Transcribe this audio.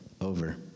over